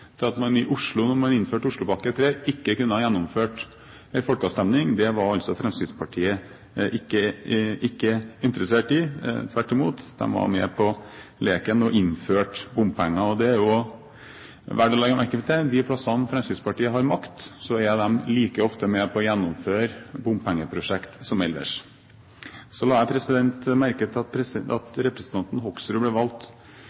til at man i Oslo – da man innførte Oslopakke 3 – ikke kunne ha gjennomført en folkeavstemning. Det var altså Fremskrittspartiet ikke interessert i. Tvert imot – de var med på leken og innførte bompenger. Det er jo verdt å legge merke til at på de stedene Fremskrittspartiet har makt, så er de like ofte med på å gjennomføre bompengeprosjekter som ellers. Så la jeg merke til at representanten Hoksrud ble valgt